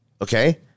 Okay